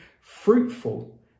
fruitful